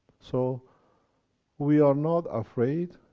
so we are not afraid,